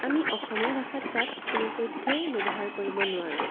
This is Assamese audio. আমি অসমীয়া ভাষা তাত কোনো পধ্যেই ব্যৱহাৰ কৰিব নোৱাৰোঁ